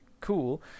cool